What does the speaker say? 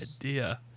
idea